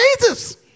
Jesus